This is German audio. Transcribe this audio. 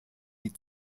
die